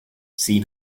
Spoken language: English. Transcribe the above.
seen